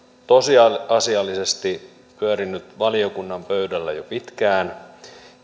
tosiasiallisesti pyörinyt valiokunnan pöydällä jo pitkään